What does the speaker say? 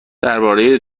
درباره